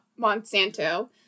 Monsanto